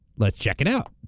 let's check it out.